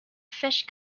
fish